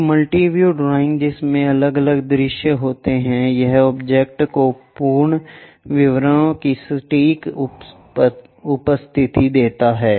एक multi view drawing जिसमें अलग अलग दृश्य होते हैं यह ऑब्जेक्ट को पूर्ण विवरणों की सटीक उपस्थिति देता है